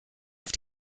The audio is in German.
auf